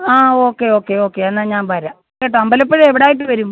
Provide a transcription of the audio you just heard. ആ okay okay okay എന്നാൽ ഞാൻ വരാം കേട്ടോ അമ്പലപ്പുഴ എവിടായിട്ട് വരും